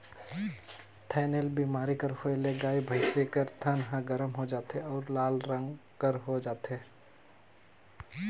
थनैल बेमारी कर होए ले गाय, भइसी कर थन ह गरम हो जाथे अउ लाल रंग कर हो जाथे